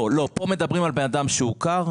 פה מדברים על בן אדם שהוכר,